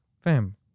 fam